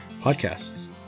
podcasts